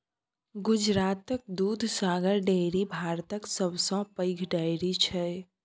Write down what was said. गुजरातक दुधसागर डेयरी भारतक सबसँ पैघ डेयरी छै